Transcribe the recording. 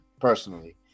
personally